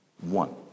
One